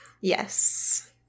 Yes